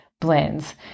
blends